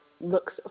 looks